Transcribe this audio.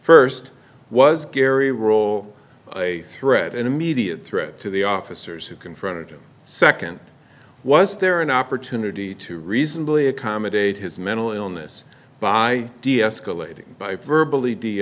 first was gary roll a threat an immediate threat to the officers who confronted him second was there an opportunity to reasonably accommodate his mental illness by deescalating by verbal